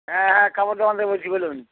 হ্যাঁ হ্যাঁ কাপড়ের দোকান থেকে বলছি বলুন